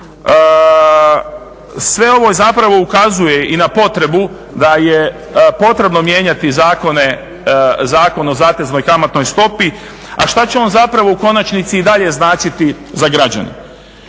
Sve ovo zapravo ukazuje i na potrebu da je potrebno mijenjati Zakon o zateznoj kamatnoj stopi, a što će on zapravo u konačnici i dalje značiti za građane?